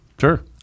Sure